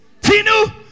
Tinu